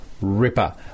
Ripper